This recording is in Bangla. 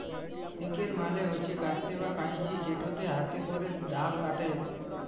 সিকেল মালে হছে কাস্তে বা কাঁইচি যেটতে হাতে ক্যরে ধাল ক্যাটে